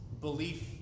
belief